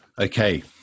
Okay